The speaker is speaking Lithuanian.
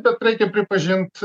bet reikia pripažint